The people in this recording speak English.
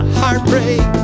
heartbreak